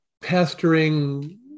pestering